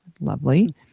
Lovely